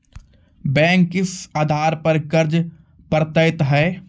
Bank किस आधार पर कर्ज पड़तैत हैं?